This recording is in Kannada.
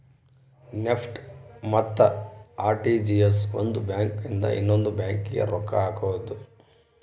ನೆಫ್ಟ್ ಮತ್ತ ಅರ್.ಟಿ.ಜಿ.ಎಸ್ ಒಂದ್ ಬ್ಯಾಂಕ್ ಇಂದ ಇನ್ನೊಂದು ಬ್ಯಾಂಕ್ ಗೆ ರೊಕ್ಕ ಹಕೋದು